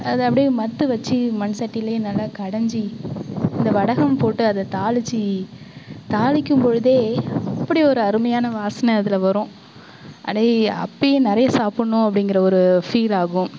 அதை அப்படியே மத்து வச்சு மண் சட்டியிலயே நல்லா கடைஞ்சி இந்த வடகம் போட்டு அதை தாளிச்சு தாளிக்கும்பொழுதே அப்படி ஒரு அருமையான வாசனை அதில் வரும் அடே அப்போயே நிறைய சாப்பிட்ணும் அப்படிங்குற ஒரு ஃபீல் ஆகும்